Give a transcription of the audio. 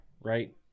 right